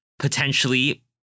potentially